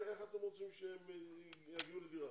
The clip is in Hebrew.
איך אתם רוצים שיגיעו לדירה?